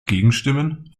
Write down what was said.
gegenstimmen